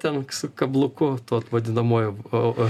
ten su kabluku tuo vadinamuoju o o